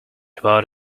about